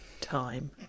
time